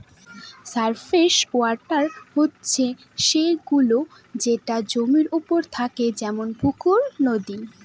surface water হচ্ছে সে গুলো যেটা জমির ওপরে থাকে যেমন পুকুর, নদী